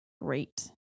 Great